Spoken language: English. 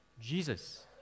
Jesus